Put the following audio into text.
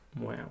Wow